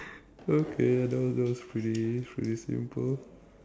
okay that was that was pretty pretty simple